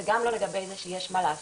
וגם לא לגבי זה שיש מה לעשות.